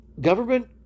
government